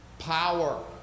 Power